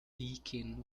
deakin